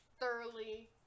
thoroughly